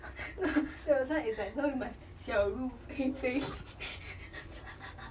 no this [one] is like 小鹿飞飞